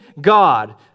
God